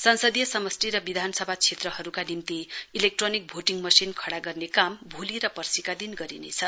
संसदीय समष्टि र विधानसभा क्षेत्रहरूका निम्ति इलेक्ट्रोनिक भोटिङ मशिन खडा गर्ने काम भोलि र पर्सीका दिन गरिनेछ